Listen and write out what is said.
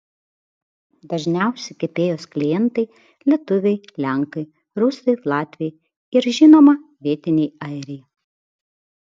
dažniausi kepėjos klientai lietuviai lenkai rusai latviai ir žinoma vietiniai airiai